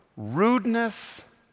Rudeness